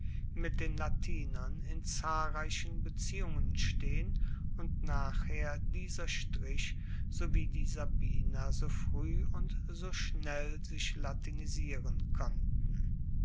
mit den latinern in zahlreichen beziehungen stehen und nachher dieser strich sowie die sabina so frueh und so schnell sich latinisieren konnten